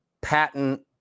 patent